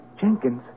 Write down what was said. Jenkins